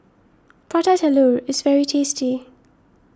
Prata Telur is very tasty